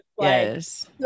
yes